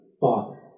Father